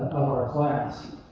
class.